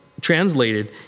translated